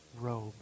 robe